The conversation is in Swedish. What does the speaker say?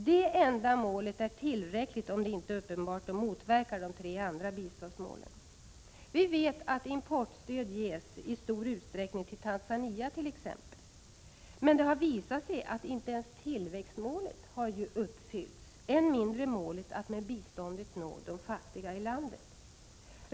Det endamålet är tillräcklig om det inte uppenbart motverkar de tre andra biståndsmålen. Importstöd ges i stor utsträckningt.ex. till Tanzania, med det har visat sig att inte ens tillväxtmålet har uppfyllts, än mindre målet att med biståndet nå de fattiga i landet.